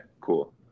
cool